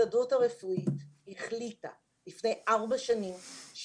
ההסתדרות הרפואית החליטה לפני ארבע שנים היא